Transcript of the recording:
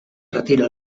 retira